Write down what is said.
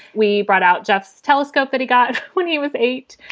we brought out jeff's telescope that he got when he was eight.